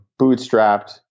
bootstrapped